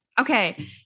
okay